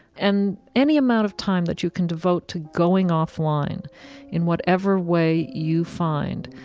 and any amount of time that you can devote to going off line in whatever way you find,